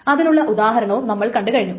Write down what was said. അതിനുള്ള ഉദാഹരണവും നമ്മൾ കണ്ടു കഴിഞ്ഞു